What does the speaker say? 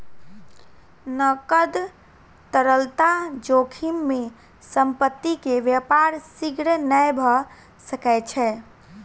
नकद तरलता जोखिम में संपत्ति के व्यापार शीघ्र नै भ सकै छै